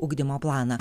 ugdymo planą